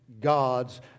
god's